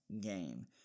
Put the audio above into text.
game